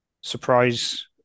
surprise